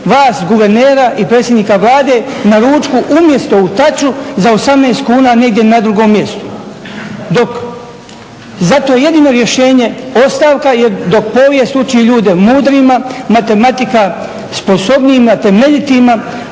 vas, guvernera i predsjednika Vlade na ručku umjesto u Taču za 18 kuna negdje na drugom mjestu. Dok za to jedino rješenje ostavka jer dok povijest uči ljude mudrima, matematika sposobnijima, temeljitima,